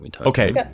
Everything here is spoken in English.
Okay